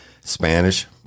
Spanish